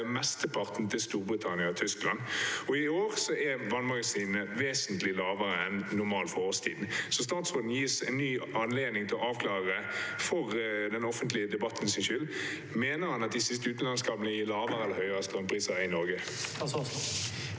mesteparten til Storbritannia og Tyskland. I år er vannmagasinene vesentlig lavere enn normalt for årstiden, så statsråden gis en ny anledning til å avklare – for den offentlige debattens skyld – om han mener at de siste utenlandskablene gir lavere eller høyere strømpriser i Norge.